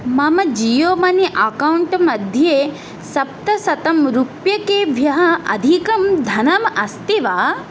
मम Jio money अक्कौण्ट्मध्ये सप्तशतं रुप्यकेभ्यः अधिकं धनम् अस्ति वा